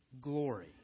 glory